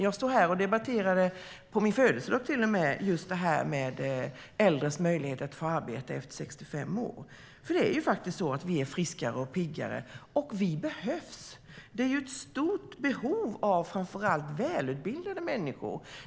Jag står här och debatterar - på min födelsedag till och med - äldres möjligheter att få arbete efter 65 år. Det är faktiskt så att vi är friskare och piggare, och vi behövs. Det finns ett stort behov av framför allt välutbildade människor.